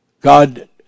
God